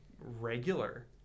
regular